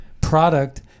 product